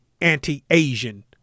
anti-Asian